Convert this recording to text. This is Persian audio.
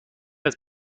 است